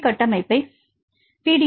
B கட்டமைப்பை அவர்கள் B